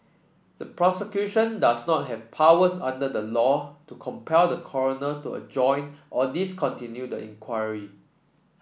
the prosecution does not have powers under the law to compel the coroner to a join or discontinue an inquiry